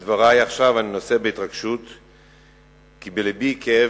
את דברי עכשיו אני נושא בהתרגשות כי בלבי כאב